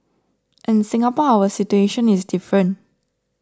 in Singapore our situation is different